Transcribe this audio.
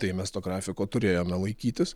tai mes to grafiko turėjome laikytis